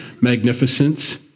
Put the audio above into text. magnificence